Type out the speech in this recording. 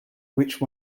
which